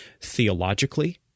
theologically